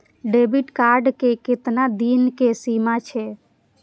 Debit card के केतना दिन के सीमा छै?